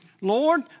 Lord